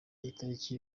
itariki